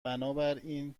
بنابراین